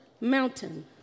mountain